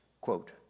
quote